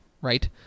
right